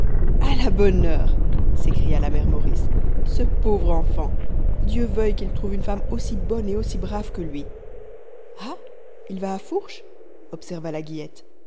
a la bonne heure s'écria la mère maurice ce pauvre enfant dieu veuille qu'il trouve une femme aussi bonne et aussi brave que lui ah il va à fourche observa la guillette